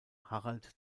harald